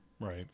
Right